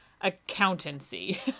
accountancy